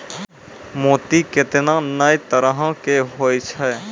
मोती केतना नै तरहो के होय छै